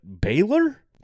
Baylor